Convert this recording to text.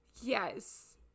Yes